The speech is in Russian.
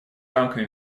рамками